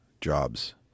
jobs